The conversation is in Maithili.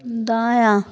दायाँ